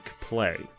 play